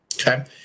Okay